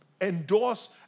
endorse